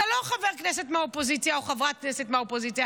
אתה לא חבר כנסת מהאופוזיציה או חברת כנסת מהאופוזיציה,